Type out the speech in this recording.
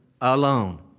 alone